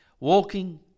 Walking